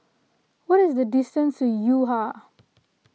what is the distance to Yo Ha